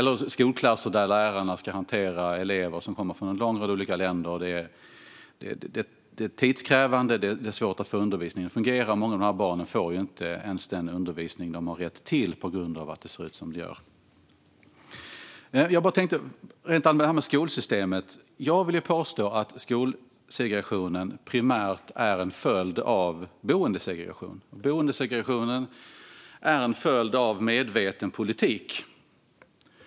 Eller ta skolklasser där lärarna ska hantera elever som kommer från en lång rad olika länder. Det är tidskrävande, och det är svårt att få undervisningen att fungera. Många av dessa barn får inte ens den undervisning som de har rätt till på grund av att det ser ut som det gör. Rent allmänt när det gäller skolsystemet vill jag påstå att skolsegregationen primärt är en följd av boendesegregationen. Boendesegregationen är en följd av medveten politik.